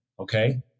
Okay